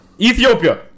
Ethiopia